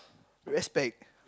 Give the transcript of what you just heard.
respect